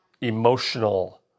emotional